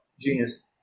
Genius